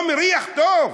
לא מריח טוב.